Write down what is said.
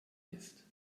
ist